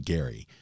Gary